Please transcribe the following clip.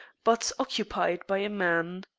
but occupied by a man.